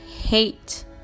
hate